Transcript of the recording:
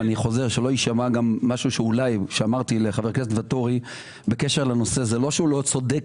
אבל זה לא שחבר הכנסת ואטורי לא צודק.